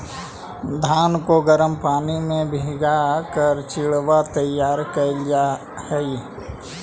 धान को गर्म पानी में भीगा कर चिड़वा तैयार करल जा हई